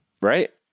Right